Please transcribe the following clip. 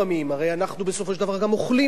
הרי אנחנו בסופו של דבר גם אוכלים בעלי-חיים,